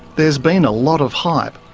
there's been a lot of hype,